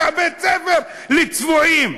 אתה בית-ספר לצבועים.